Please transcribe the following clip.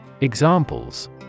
Examples